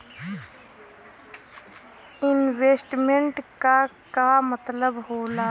Investment क का मतलब हो ला?